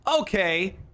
okay